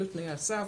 אלו תנאי הסף,